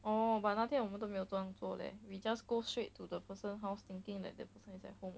orh but 那天我们都没有这样作 leh we just go straight to the person house thinking that the person at home